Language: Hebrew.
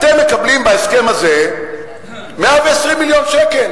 אתם מקבלים בהסכם הזה 120 מיליון שקל